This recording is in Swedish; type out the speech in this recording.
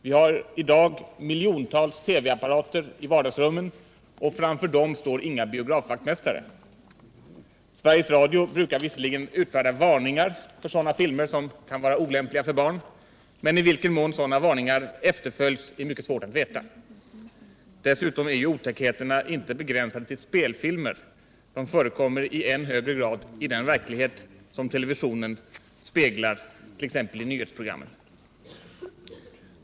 Vi har i dag miljontals TV-apparater i vardagsrummen, och framför dem står inga biografvaktmästare. Sveriges Radio brukar visserligen utfärda varningar för sådana filmer som kan vara olämpliga för barn, men i vilken mån varningarna efterföljs är mycket svårt att veta. Dessutom är ju otäckheterna inte begränsade till spelfilmer — de förekommer i än högre grad i den verklighet som televisionen speglar, t.ex. i nyhetsprogrammen.